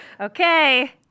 Okay